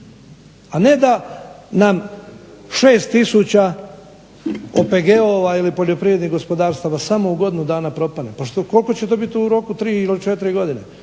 a ne da nam 6 tisuća OPG-ova ili poljoprivrednih gospodarstava samo u godinu dana propadne. Pa koliko će to biti u roku tri ili četiri godine.